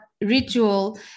Ritual